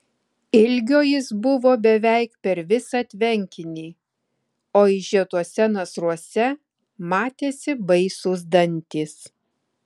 ilgio jis buvo beveik per visą tvenkinį o išžiotuose nasruose matėsi baisūs dantys